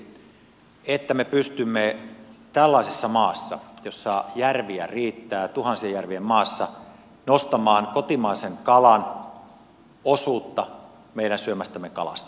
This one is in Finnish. ensimmäiseksi se että me pystymme tällaisessa maassa jossa järviä riittää tuhansien jär vien maassa nostamaan kotimaisen kalan osuutta meidän syömästämme kalasta